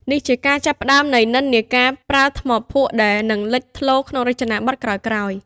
នេះជាការចាប់ផ្តើមនៃនិន្នាការប្រើថ្មភក់ដែលនឹងលេចធ្លោក្នុងរចនាបថក្រោយៗ។